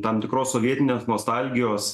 tam tikros sovietinės nostalgijos